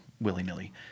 willy-nilly